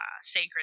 sacred